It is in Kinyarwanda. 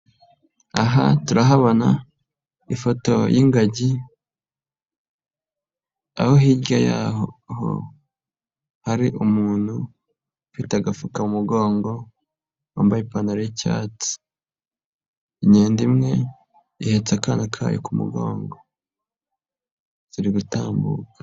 Aha turahabona ifoto y'ingagi. Aho hirya y'aho hari umuntu ufite agafuka mu mugongo, wambaye ipantaro y'icyatsi. Inkende imwe ihetse akana kayo ku mugongo ziri gutambuka.